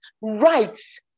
rights